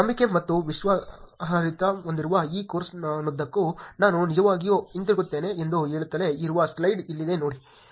ನಂಬಿಕೆ ಮತ್ತು ವಿಶ್ವಾಸಾರ್ಹತೆಯನ್ನು ಹೊಂದಿರುವ ಈ ಕೋರ್ಸ್ನುದ್ದಕ್ಕೂ ನಾನು ನಿಜವಾಗಿಯೂ ಹಿಂತಿರುಗುತ್ತೇನೆ ಎಂದು ಹೇಳುತ್ತಲೇ ಇರುವ ಸ್ಲೈಡ್ ಇಲ್ಲಿದೆ ನೋಡಿ